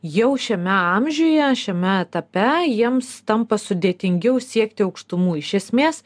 jau šiame amžiuje šiame etape jiems tampa sudėtingiau siekti aukštumų iš esmės